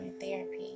therapy